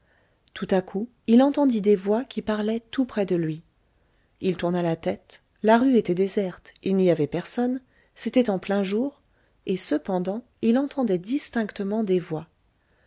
tout à coup il entendit des voix qui parlaient tout près de lui il tourna la tête la rue était déserte il n'y avait personne c'était en plein jour et cependant il entendait distinctement des voix